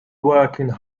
working